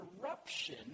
corruption